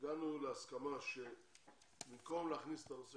הגענו להסכמה שבמקום להכניס את הנושא